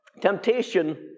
Temptation